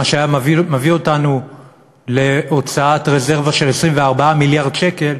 מה שהיה מביא אותנו להוצאת רזרבה של 24 מיליארד שקל,